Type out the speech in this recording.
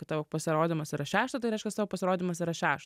kad tavo pasirodymas yra šeštą tai reiškias tavo pasirodymas yra šeštą